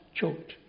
choked